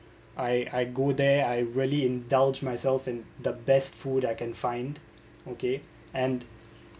I I go there I really indulge myself in the best food I can find okay and